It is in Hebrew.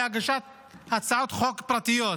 בהגשת הצעות חוק פרטיות.